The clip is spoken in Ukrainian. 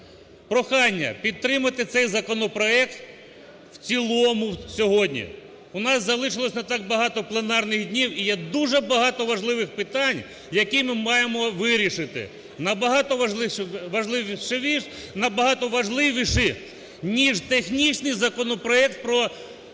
прохання підтримати цей законопроект в цілому сьогодні. У нас залишилось не так багато пленарних днів. І є дуже багато важливих питань, які ми маємо вирішити, набагато важливіші, ніж технічний законопроект про